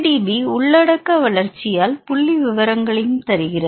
PDB உள்ளடக்க வளர்ச்சியால் புள்ளிவிவரங்களையும் தருகிறது